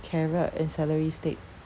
carrot and celery stick